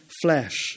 flesh